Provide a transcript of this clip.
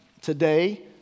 today